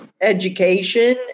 education